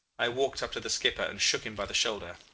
i walked up to the skipper and shook him by the shoulder.